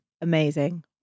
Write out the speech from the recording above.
amazing